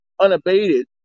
unabated